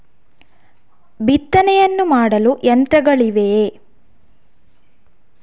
ಬಿತ್ತನೆಯನ್ನು ಮಾಡಲು ಯಂತ್ರಗಳಿವೆಯೇ?